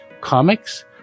comics